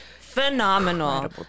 phenomenal